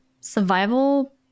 survival